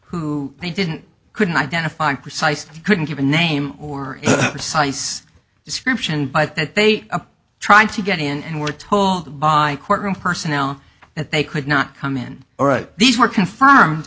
who they didn't couldn't identify precise couldn't give a name or precise description but that they are trying to get in and were told by courtroom personnel that they could not come in or it these were confirm